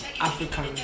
African